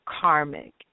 karmic